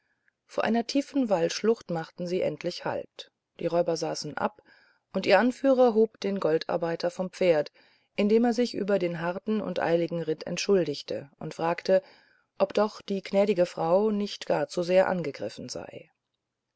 vor einer tiefen waldschlucht machte man endlich halt die räuber saßen ab und ihr anführer hob den goldarbeiter vom pferd indem er sich über den harten und eiligen ritt entschuldigte und fragte ob doch die gnädige frau nicht gar zu sehr angegriffen sei